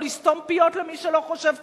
או לסתום פיות למי שלא חושב כמוהו,